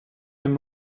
même